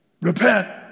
Repent